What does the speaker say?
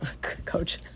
coach